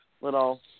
little